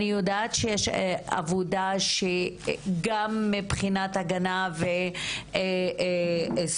אני יודעת שיש עבודה שגם מבחינת הגנה וסיוע